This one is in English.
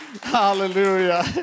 Hallelujah